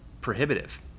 prohibitive